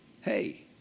Hey